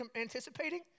anticipating